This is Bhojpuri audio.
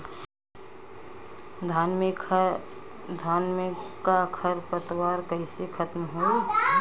धान में क खर पतवार कईसे खत्म होई?